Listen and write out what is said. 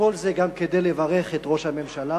כל זה גם כדי לברך את ראש הממשלה